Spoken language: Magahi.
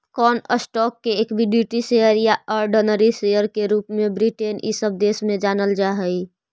कौन स्टॉक्स के इक्विटी शेयर या ऑर्डिनरी शेयर के रूप में ब्रिटेन इ सब देश में जानल जा हई